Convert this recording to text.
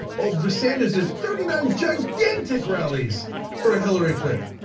ah but sander did thirty nine gigantic rallies for hillary clinton.